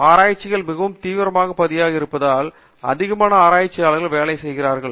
ஆராய்ச்சிகள் மிகவும் தீவிரமாக பகுதியாக இருப்பதால் அதிகமான ஆராய்ச்சியாளர்கள் வேலை செய்கிறார்கள்